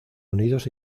unidos